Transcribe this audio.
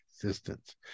existence